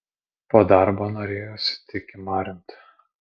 po darbo norėjosi tik kimarint